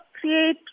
create